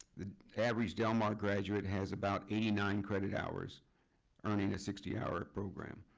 the average del mar graduate has about eighty nine credit hours earning a sixty hour program.